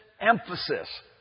emphasis